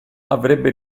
avrebbe